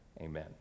Amen